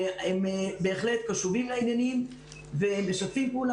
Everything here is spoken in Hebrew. הם בהחלט קשובים לעניינים ומשתפים פעולה